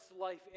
life